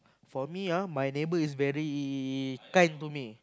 for me ah my neighbor is very kind to me